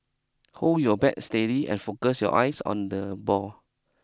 hold your bat steady and focus your eyes on the ball